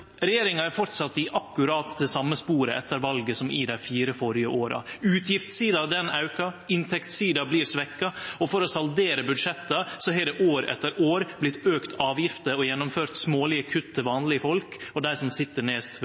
Regjeringa har fortsett i akkurat det same sporet etter valet som i dei fire førre åra. Utgiftssida aukar, inntektssida blir svekt, og for å saldere budsjetta har det år etter år vore auka avgifter og gjennomført smålege kutt til vanlege folk og dei som sit